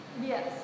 Yes